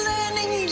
Learning